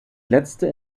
letzte